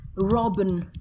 Robin